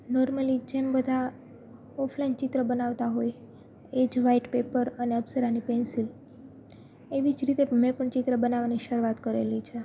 normally જેમ બધા offline ચિત્ર બનાવતા હોય એ જ વાઈટ પેપર અને અપ્સરાની પેન્સિલ એવી જ રીતે મેં પણ ચિત્ર બનાવાની શરૂઆત કરેલી છે